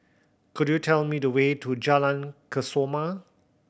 could you tell me the way to Jalan Kesoma